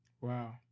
Wow